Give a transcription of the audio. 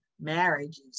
marriages